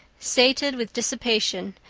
sated with dissipation,